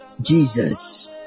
Jesus